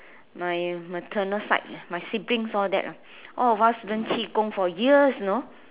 my maternal side my siblings all that lah all of us learn qi gong for years you know